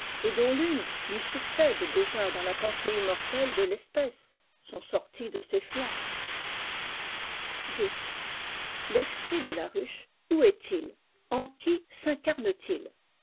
et dont l'une lui succède déjà dans la pensée immortelle de l'espèce sont sortis de ses flancs ii l'esprit de la ruche où est-il en qui